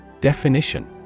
Definition